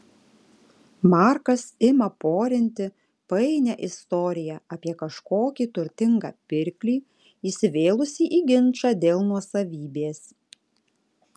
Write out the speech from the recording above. markas ima porinti painią istoriją apie kažkokį turtingą pirklį įsivėlusį į ginčą dėl nuosavybės